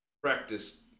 practice